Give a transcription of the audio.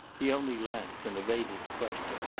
he only laughed and evaded the question,